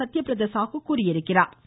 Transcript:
சத்தியபிரத சாகு தெரிவித்துள்ளா்